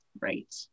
Right